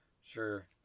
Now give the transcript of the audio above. Sure